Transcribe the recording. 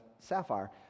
Sapphire